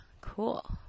Cool